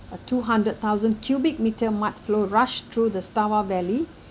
a two hundred thousand cubic meter mudflow rushed through the stava valley